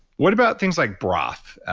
what about things like broth?